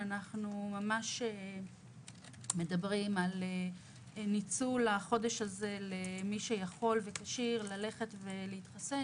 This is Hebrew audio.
אנחנו מדברים על ניצול החודש הזה למי שיכול וכשיר ללכת ולהתחסן,